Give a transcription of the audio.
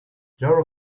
your